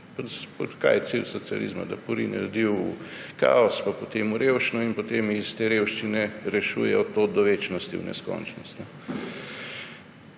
Kaj je cilj socializma? Da porine ljudi v kaos pa potem v revščino in jih potem iz te revščine rešuje od tod do večnosti, v neskončnost.